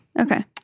okay